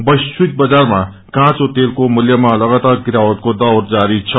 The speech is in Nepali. वैश्विक बजारमा काँचो तेलको मूल्यमा लगातार गिरावटको दौरा जारी छ